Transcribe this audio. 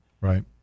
Right